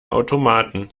automaten